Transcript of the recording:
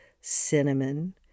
cinnamon